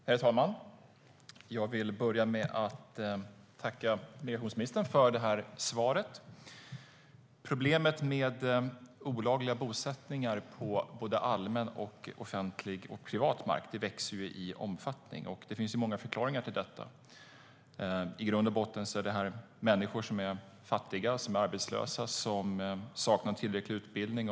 Herr talman! Jag vill börja med att tacka migrationsministern för svaret. Problemet med olagliga bosättningar på såväl allmän och offentlig som privat mark växer i omfattning. Det finns många förklaringar till detta. I grund och botten rör det sig om människor som är fattiga, arbetslösa och saknar tillräcklig utbildning.